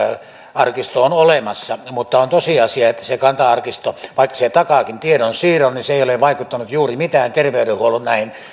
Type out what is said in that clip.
arkisto on olemassa mutta on tosiasia että vaikka kanta arkisto takaakin tiedonsiirron se ei ole vaikuttanut juuri mitään näihin terveydenhuollon